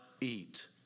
eat